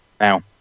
now